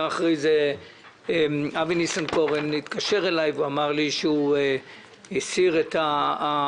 לאחר מכן התקשר אלי אבי ניסנקורן ואמר שהוא מסיר את התנגדותו.